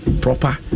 proper